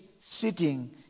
sitting